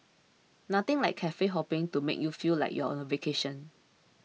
nothing like cafe hopping to make you feel like you're on a vacation